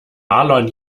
marlon